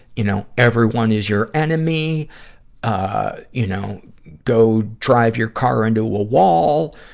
you know, everyone is your enemy ah, you know, go drive your car into a wall.